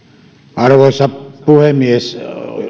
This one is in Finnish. arvoisa puhemies